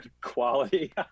quality